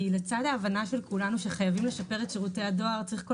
כי לצד ההבנה של כולנו שחייבים לשפר את שירותי הדואר צריך כל